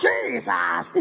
Jesus